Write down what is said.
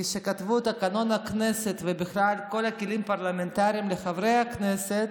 כשכתבו את תקנון הכנסת ובכלל את כל הכלים פרלמנטריים לחברי הכנסת,